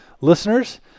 listeners